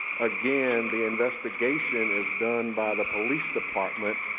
again, the investigation is done by the police department,